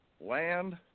Land